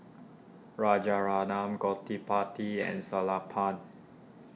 Rajaratnam Gottipati and Sellapan